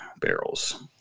barrels